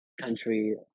country